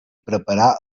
preparar